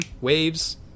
Waves